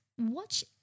watch